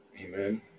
Amen